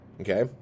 Okay